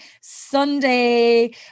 Sunday